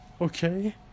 okay